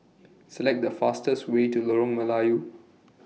Select The fastest Way to Lorong Melayu